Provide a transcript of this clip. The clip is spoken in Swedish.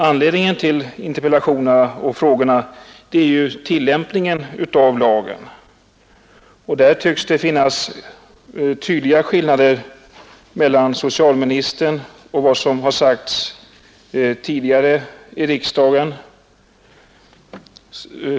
Anledningen till interpellationerna och de enkla frågorna är ju den nuvarande tillämpningen av lagen. Där finns det tydliga skillnader mellan vad socialministern här säger och vad som tidigare har sagts i riksdagen.